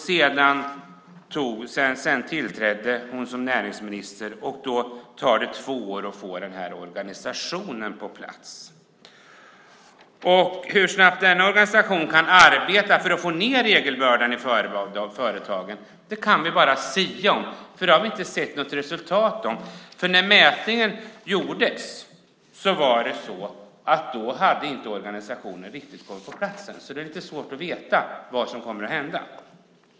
Sedan tillträdde hon som näringsminister. Därefter tar det två år att få den här organisationen på plats. Hur snabbt denna organisation kan arbeta för att minska regelbördan i företagen kan vi bara sia om, för vi har inte sett något sådant resultat. När mätningen gjordes hade organisationen inte riktigt kommit på plats. Då är det lite svårt att veta vad som kommer att hända.